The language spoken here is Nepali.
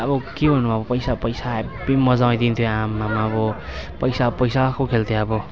अब के भन्नु अब पैसा पैसा हेभी मजा आइदिन्थ्यो आममाम् अब पैसा पैसाको खेल्थ्यो अब